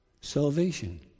salvation